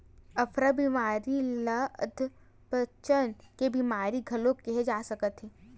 अफरा बेमारी ल अधपचन के बेमारी घलो केहे जा सकत हे